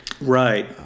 Right